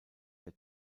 der